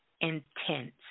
intense